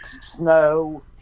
snow